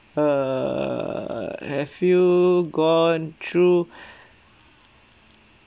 err have you gone through